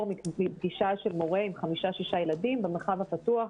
מפגישה של מורה עם חמישה-שישה ילדים במרחב הפתוח,